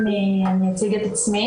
אני אציג את עצמי.